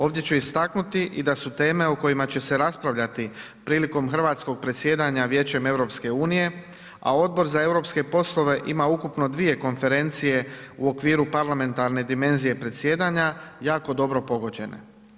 Ovdje ću istaknuti i da su teme o kojima će se raspravljati prilikom hrvatskog predsjedanja Vijećem EU, a Odbor za europske poslove ima ukupno dvije konferencije u okviru parlamentarne dimenzije predsjedanja jako dobro pogođene.